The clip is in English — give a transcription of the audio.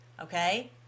Okay